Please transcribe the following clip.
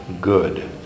good